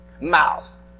Mouth